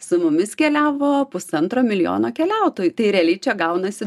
su mumis keliavo pusantro milijono keliautojų tai realiai čia gaunasi